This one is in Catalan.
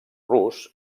rus